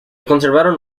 conservaron